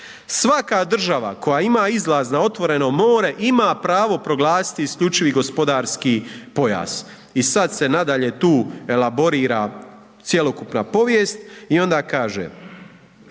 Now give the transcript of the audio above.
Svaka država koja ima izlaz na otvoreno more ima pravo proglasiti isključivi gospodarski pojas.“ I sad se nadalje tu elaborira cjelokupna povijest i onda kaže